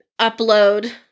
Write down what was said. upload